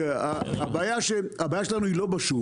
הבעיה שלנו היא לא בשום.